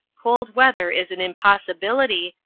cold weather is an impossibility,